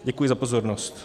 Děkuji za pozornost.